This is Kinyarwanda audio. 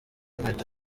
inkweto